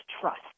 trust